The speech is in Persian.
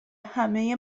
همه